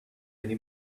many